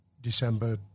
December